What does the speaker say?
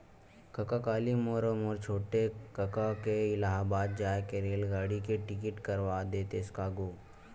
कका काली मोर अऊ मोर छोटे कका के इलाहाबाद जाय के रेलगाड़ी के टिकट करवा देतेस का गो